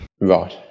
Right